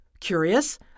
Curious